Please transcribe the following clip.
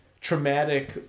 traumatic